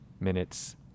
Minutes